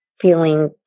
feeling